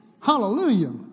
Hallelujah